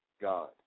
God